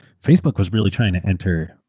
facebook was really trying to enter,